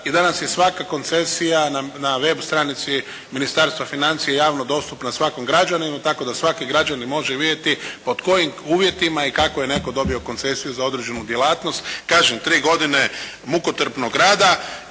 i danas je svaka koncesija na web stranici Ministarstva financija javno dostupna svakom građaninu tako da svaki građanin može vidjeti pod kojim uvjetima i kako je netko dobio koncesiju za određenu djelatnost. Kažem, 3 godine mukotrpnog rada.